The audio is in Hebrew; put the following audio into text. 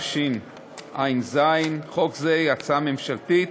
התשע"ז 2017. הצעת חוק זו היא הצעת ממשלתית